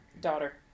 Daughter